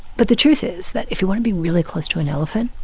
but the truth is that if you want to be really close to an elephant,